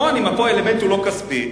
אם האלמנט פה הוא לא כספי,